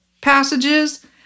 passages